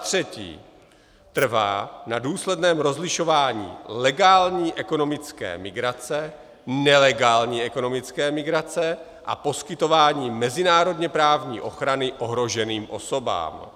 3. trvá na důsledném rozlišování legální ekonomické migrace, nelegální ekonomické migrace a poskytování mezinárodněprávní ochrany ohroženým osobám;